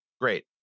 Great